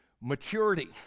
maturity